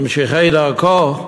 ממשיכי דרכו,